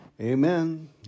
amen